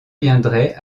viendrait